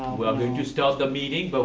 we are going to start the meeting. but